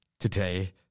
Today